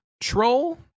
Troll